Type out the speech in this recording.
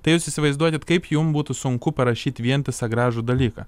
tai jūs įsivaizduokit kaip jum būtų sunku parašyti vientisą gražų dalyką